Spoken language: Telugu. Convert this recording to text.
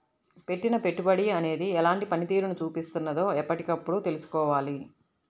పెట్టిన పెట్టుబడి అనేది ఎలాంటి పనితీరును చూపిస్తున్నదో ఎప్పటికప్పుడు తెల్సుకోవాలి